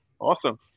awesome